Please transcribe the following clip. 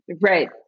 Right